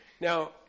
Now